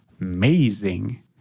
amazing